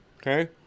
okay